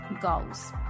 goals